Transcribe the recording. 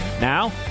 Now